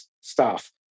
staff